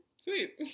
Sweet